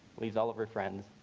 leaves all of her friends.